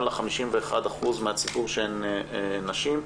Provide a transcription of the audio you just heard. גם ל-51% מהציבור שהן נשים,